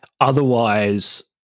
otherwise